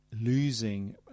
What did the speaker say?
losing